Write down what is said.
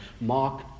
Mark